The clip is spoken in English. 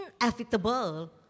inevitable